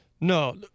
No